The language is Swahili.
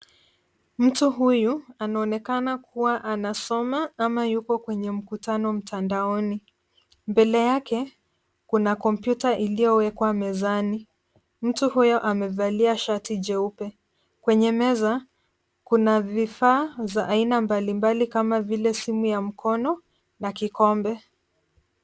Mtu huyu, anaonekana kuwa anasoma ama yuko kwenye mkutano mtandaoni. Mbele yake, kuna kompyuta iliyowekwa mezani. Mtu huyo amevalia shati jeupe. Kwenye meza, kuna vifaa za aina mbalimbali kama vile simu ya mkono na kikombe.